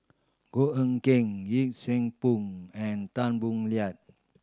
Goh Eck Kheng Yee Siew Pun and Tan Boo Liat